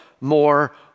more